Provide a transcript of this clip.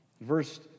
Verse